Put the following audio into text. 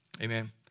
Amen